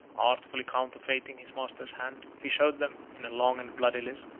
artfully counterfeiting his master's hand, he showed them, in a long and bloody list,